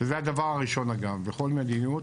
שזה דבר הראשון, אגב, בכל מדיניות.